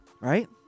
Right